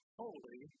holy